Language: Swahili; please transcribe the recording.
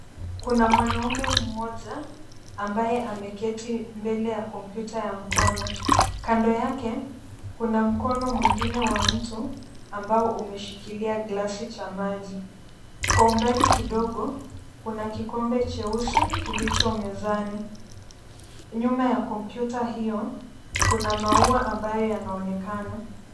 Kuna mwanaume mmoja ambaye ameketi mbele ya kompyuta ya mkono. Kando yake kuna mkono mwingine wa mtu ambao umeshikilia glasi cha maji. Kwa mbali kidogo kuna kikombe cheusi kilicho mezani. Nyuma ya kompyuta hiyo kuna maua ambayo yanaonekana.